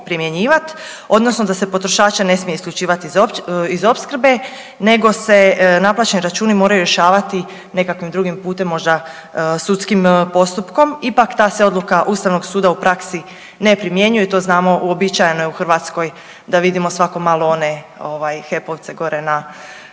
primjenjivati, odnosno da se potrošača ne smije isključivati iz opskrbe nego se naplaćeni računi moraju rješavati nekakvim drugim putem možda sudskim postupkom. Ipak ta se odluka Ustavnog suda u praksi ne primjenjuje i to znamo u uobičajeno je u Hrvatskoj da vidimo svako malo one HEP-ovce gore na